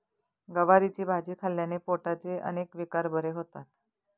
गवारीची भाजी खाल्ल्याने पोटाचे अनेक विकार बरे होतात